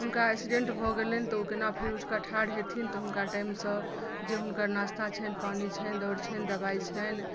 हुनकर एक्सीडेन्ट भऽ गेलनि तऽ ओ केना फेर उठिकए ठाढ़ हेथिन तँ हुनका टाइम सँ जे हुनकर नास्ता छनि पानी छनि दर छनि दवाइ छनि